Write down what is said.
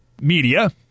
media